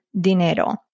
DINERO